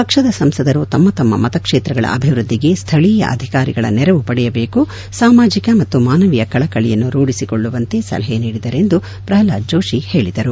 ಪಕ್ಷದ ಸಂಸದರು ತಮ್ಮ ತಮ್ಮ ಮತಕ್ಷೇತ್ರಗಳ ಅಭಿವೃದ್ಧಿಗೆ ಸ್ಥಳೀಯ ಅಧಿಕಾರಿಗಳ ನೆರವು ಪಡೆಯಬೇಕು ಸಾಮಾಜಿಕ ಮತ್ತು ಮಾನವೀಯ ಕಳಕಳಿಯನ್ನು ರೂಢಿಸಿಕೊಳ್ಳುವಂತೆ ಸಲಹೆ ನೀಡಿದರು ಎಂದು ಪ್ರಹ್ಲಾದ್ ಜೋತಿ ಹೇಳಿದರು